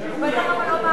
הוא בטח אבל לא,